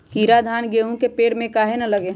कीरा धान, गेहूं के पेड़ में काहे न लगे?